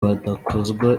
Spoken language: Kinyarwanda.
badakozwa